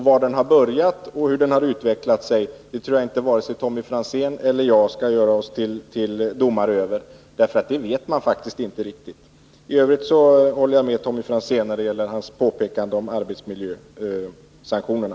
Var den har börjat och hur den har utvecklats tror jag inte vare sig Tommy Franzén eller jag skall göra sig till domare över — det vet man faktiskt inte riktigt. I övrigt håller jag med Tommy Franzén i hans påpekanden om arbetsmiljösanktionerna.